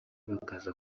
bakaza